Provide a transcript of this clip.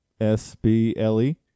S-B-L-E